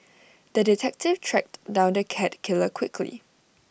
the detective tracked down the cat killer quickly